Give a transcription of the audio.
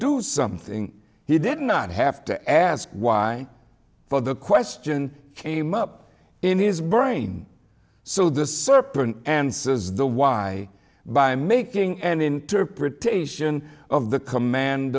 do something he did not have to ask why for the question came up in his brain so the serpent answers the why by making an interpretation of the command